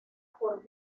por